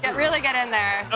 and really get in there. oh,